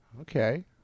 Okay